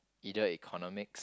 either Economics